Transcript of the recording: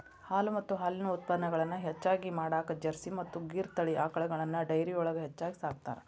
ಹಾಲು ಮತ್ತ ಹಾಲಿನ ಉತ್ಪನಗಳನ್ನ ಹೆಚ್ಚಗಿ ಮಾಡಾಕ ಜರ್ಸಿ ಮತ್ತ್ ಗಿರ್ ತಳಿ ಆಕಳಗಳನ್ನ ಡೈರಿಯೊಳಗ ಹೆಚ್ಚಾಗಿ ಸಾಕ್ತಾರ